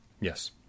Yes